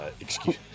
excuse